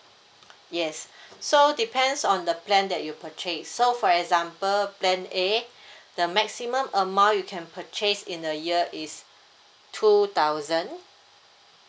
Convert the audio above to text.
yes so depends on the plan that you purchase so for example plan A the maximum amount you can purchase in a year is two thousand